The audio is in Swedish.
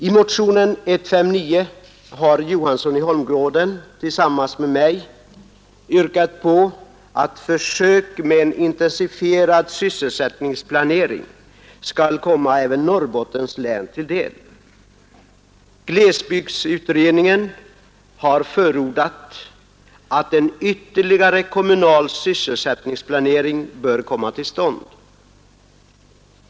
I motionen 159 har herr Johansson i Holmgården tillsammans med mig yrkat på att försök med en intensifierad sysselsättningsplanering skall komma även Norrbottens län till del. Glesbygdsutredningen har förordat att en ytterligare kommunal sysselsättningsplanering skall komma till stånd.